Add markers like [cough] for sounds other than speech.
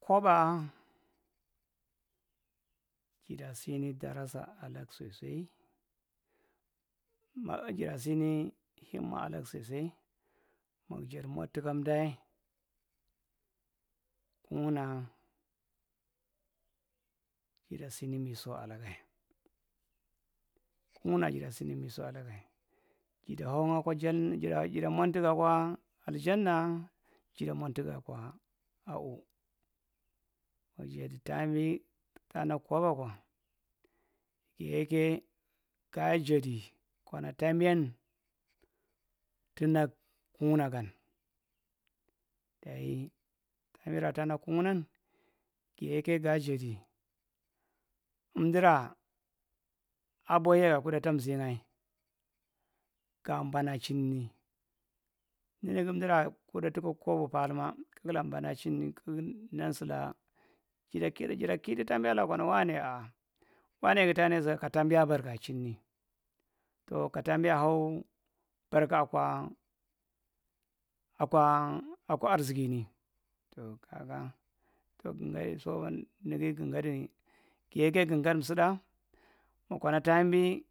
Kobwaa jada sini darasa alak sosai [hesitation] jada sini him ma alak sosai mug jadi mod tukamdae kugnaa. Jada sini miso alagae jada hanyae ka jan jada mud jada modni tugae kwa auw mag jadi taambi ta nag kobo kwa giyeke gaa jeddi kona taambian tu hneg kugna gan daye taambira ta nag kugnan giyeke gaa jeddi emdura abohiagira kuda tamzingae ga bana chinni ninigi emdura kuda kobo paalthuma kugu la bana chini kugu nan sulaka jeda kidi jeda kidu taambialak kwana wanay aa wanagi taa nai sugi kataambia barka chinni tow ka taambia how barka’a kwa akwa akwa arzikini tow kaga tow gingaadi [hesitation] nigi gingardi giyeke gingaadi tsudae mokona taambi